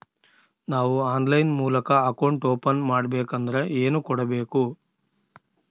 ನಾವು ಆನ್ಲೈನ್ ಮೂಲಕ account open ಮಾಡಬೇಂಕದ್ರ ಏನು ಕೊಡಬೇಕು?